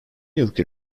yılki